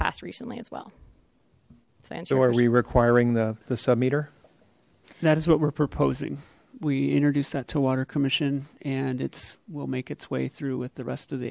passed recently as well so are we requiring the sub meter that is what we're proposing we introduced that to water commission and its will make its way through with the rest of the